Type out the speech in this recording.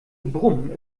brummen